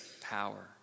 power